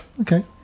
Okay